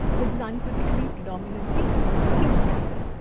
which is uncritically predominantly hindu as well.